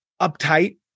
uptight